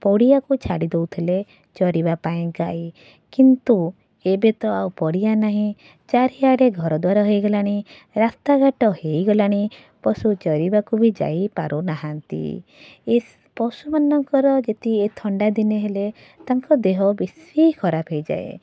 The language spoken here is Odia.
ପଡ଼ିଆକୁ ଛାଡ଼ି ଦେଉଥିଲେ ଚରିବା ପାଇଁ ଗାଈ କିନ୍ତୁ ଏବେ ତ ଆଉ ପଡ଼ିଆ ନାହିଁ ଚାରିଆଡ଼େ ଘରଦ୍ଵାର ହେଇଗଲାଣି ରାସ୍ତାଘାଟ ହେଇଗଲାଣି ପଶୁ ଚରିବାକୁ ବି ଯାଇପାରୁନାହାଁନ୍ତି ଏଇ ପଶୁମାନଙ୍କର ଯଦି ଏଇ ଥଣ୍ଡା ଦିନେ ହେଲେ ତାଙ୍କ ଦେହ ବେଶୀ ଖରାପ ହେଇଯାଏ